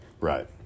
Right